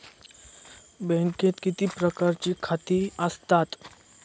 बँकेत किती प्रकारची खाती आसतात?